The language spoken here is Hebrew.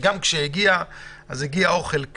וגם כשהגיע האוכל,